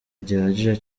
gihagije